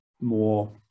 more